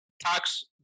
tax